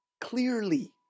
clearly